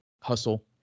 hustle